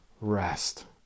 rest